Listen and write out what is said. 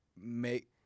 make –